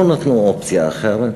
לא נתנו אופציה אחרת,